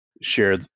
share